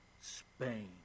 Spain